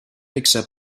accept